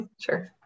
Sure